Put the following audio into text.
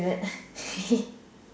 that